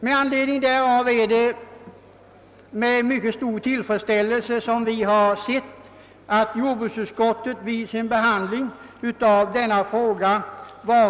Vi har därför med mycket stor tillfredsställelse konstaterat att jordbruksutskottet har haft en positiv inställning vid sin behandling av denna fråga.